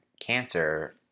cancer